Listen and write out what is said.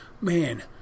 man